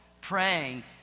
praying